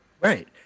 Right